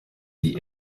die